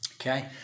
okay